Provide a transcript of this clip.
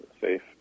safe